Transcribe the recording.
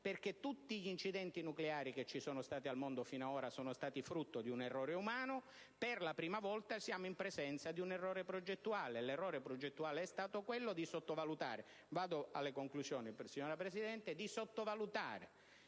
perché tutti gli incidenti nucleari che ci sono stati al mondo fino ad ora sono stati frutto di un errore umano; per la prima volta siamo in presenza di un errore progettuale. L'errore progettuale è stato quello di sottovalutare il rischio del verificarsi di uno tsunami,